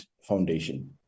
foundation